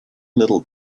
little